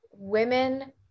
Women